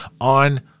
on